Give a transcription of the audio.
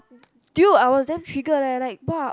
dude I was damn trigger leh like bark